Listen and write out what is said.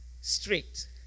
strict